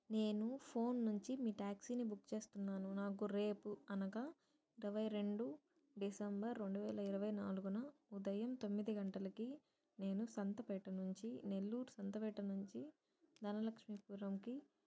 నేను ఫోన్ నుంచి మీ ట్యాక్సీని బుక్ చేస్తున్నాను నాకు రేపు అనగా ఇరవై రెండు డిసెంబర్ రెండు వేల ఇరవై నాలుగున ఉదయం తొమ్మిది గంటలకి నేను సంతపేట నుంచి నెల్లూరు సంతపేట నుంచి ధనలక్ష్మి పురంకి